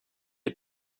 est